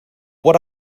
what